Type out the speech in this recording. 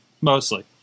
Mostly